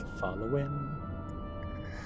Following